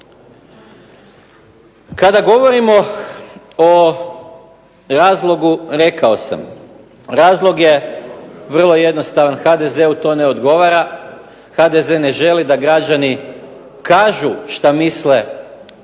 Kada govorimo o razlogu, rekao sam razlog je vrlo jednostavan, HDZ-u to ne odgovara, HDZ ne želi da građani kažu šta misle o takvom